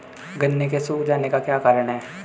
गन्ने के सूख जाने का क्या कारण है?